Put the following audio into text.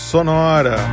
Sonora